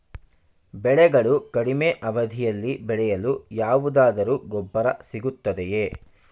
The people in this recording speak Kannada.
ಬೆಳೆಗಳು ಕಡಿಮೆ ಅವಧಿಯಲ್ಲಿ ಬೆಳೆಯಲು ಯಾವುದಾದರು ಗೊಬ್ಬರ ಸಿಗುತ್ತದೆಯೇ?